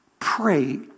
Pray